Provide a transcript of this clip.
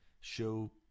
Show